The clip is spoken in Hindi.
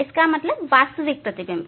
इसका मतलब वास्तविक प्रतिबिंब